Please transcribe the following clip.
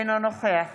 אינו נוכח